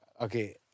okay